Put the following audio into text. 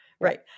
right